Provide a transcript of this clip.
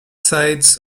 sides